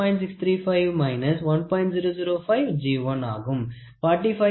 635 1